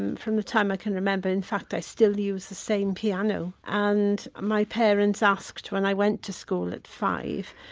and from a time i can remember, in fact i still use the same piano. and my parents asked when i went to school at five,